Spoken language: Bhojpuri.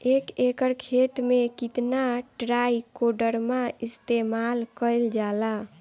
एक एकड़ खेत में कितना ट्राइकोडर्मा इस्तेमाल कईल जाला?